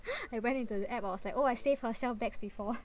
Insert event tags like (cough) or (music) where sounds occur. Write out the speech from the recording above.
(breath) I went into the app I was like oh I save for shelf bags before